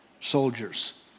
soldiers